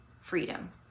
freedom